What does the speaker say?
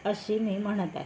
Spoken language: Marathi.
अशी मी म्हणत आहे